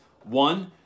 One